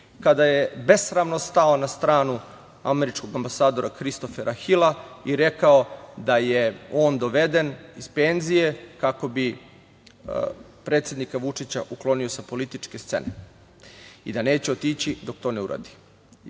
kada je besramno stao na stranu američkog ambasadora Kristofera Hila i rekao da je on doveden iz penzije kako bi predsednika Vučića uklonio sa političke scene i da neće otići dok to ne uradi. Bili